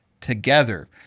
together